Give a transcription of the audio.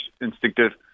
instinctive